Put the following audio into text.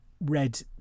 read